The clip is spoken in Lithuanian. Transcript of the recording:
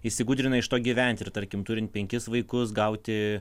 įsigudrina iš to gyventi ir tarkim turint penkis vaikus gauti